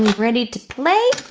ready to play.